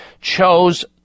chose